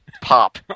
pop